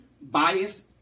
biased